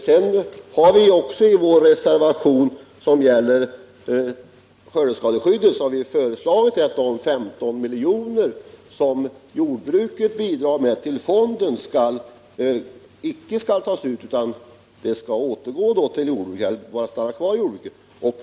Vi har också i den reservation som gäller skördeskadeskyddet föreslagit att de 5 miljoner som jordbruket bidrar med till skördeskadefonden icke skall tas ut, utan de skall stanna kvar i jordbruket.